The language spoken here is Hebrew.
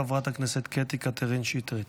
חברת הכנסת קטי קטרין שטרית.